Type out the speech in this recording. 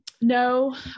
no